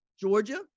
Georgia